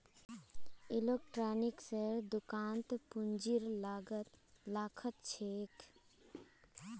इलेक्ट्रॉनिक्सेर दुकानत पूंजीर लागत लाखत ह छेक